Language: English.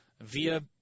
via